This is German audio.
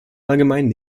allgemeinen